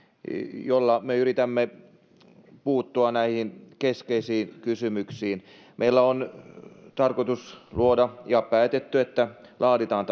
jolla me yritämme puuttua näihin keskeisiin kysymyksiin meidän on tarkoitus luoda tasa arvo ohjelma ja on päätetty että se laaditaan